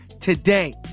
today